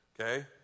okay